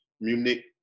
Munich